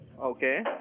Okay